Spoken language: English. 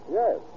yes